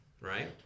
right